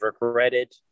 regretted